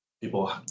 people